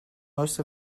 most